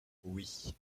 oui